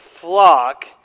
flock